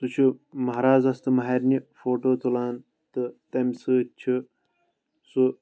سُہ چھُ مہرازَس تہٕ مہرنہِ فوٹو تُلان تہٕ تَمہِ سۭتۍ چھُ سُہ